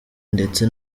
ndetse